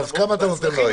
כמה אתה נותן לו היום?